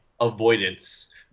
avoidance